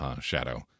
shadow